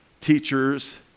teachers